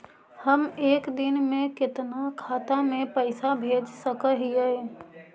हम एक दिन में कितना खाता में पैसा भेज सक हिय?